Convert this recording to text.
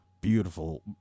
beautiful